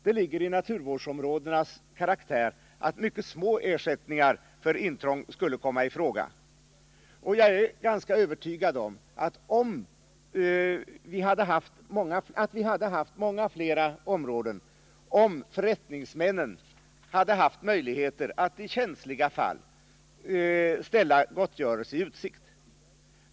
Det ligger i naturvårdsområdenas karaktär att mycket små ersättningar för intrång skulle komma i fråga. Jag är ganska övertygad om att vi hade haft många fler områden om förrättningsmännen hade haft möjligheter att i känsliga fall ställa gottgörelse i utsikt.